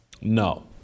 No